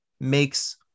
makes